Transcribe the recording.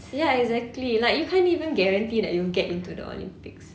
ya exactly like you can't even guarantee that you'll get into the olympics